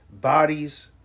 Bodies